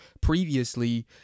previously